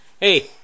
Hey